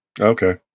Okay